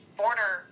border